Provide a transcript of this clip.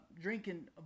drinking